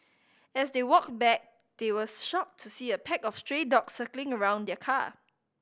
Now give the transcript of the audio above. as they walked back they were shocked to see a pack of stray dogs circling around the car